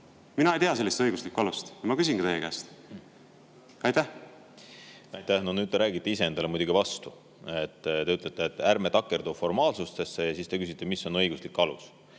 Mina ei tea sellist õiguslikku alust ja ma küsingi teie käest. Aitäh! No nüüd te räägite iseendale muidugi vastu. Te ütlete, et ärme takerdu formaalsustesse, ja siis te küsite, mis on õiguslik alus.